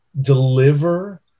deliver